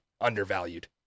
undervalued